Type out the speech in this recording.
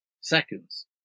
seconds